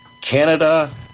Canada